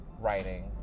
writing